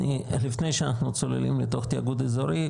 עוד לפני שאנחנו נכנסים לתוך תיאגוד אזורי,